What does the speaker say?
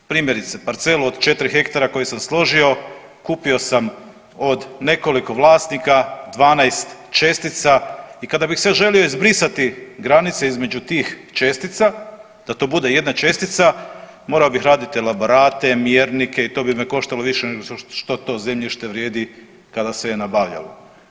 Primjerice, parcelu od 4 hektara koju sam složio kupio sam od nekoliko vlasnika 12 čestica i kada bih sada želio izbrisati granice između tih čestica da to bude jedna čestica morao bih raditi elaborate, mjernike i to bi me koštalo više nego što to zemljište vrijedi kada se je nabavljalo.